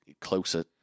closer